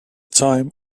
time